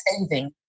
saving